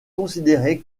considéré